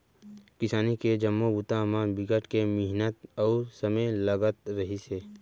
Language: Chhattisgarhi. किसानी के जम्मो बूता म बिकट के मिहनत अउ समे लगत रहिस हे